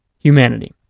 humanity